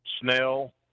Snell